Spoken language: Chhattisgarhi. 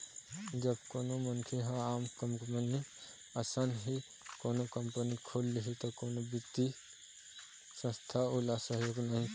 जब कोनो मनखे ह आम कंपनी असन ही कोनो कंपनी खोल लिही त कोनो बित्तीय संस्था ओला सहयोग नइ करय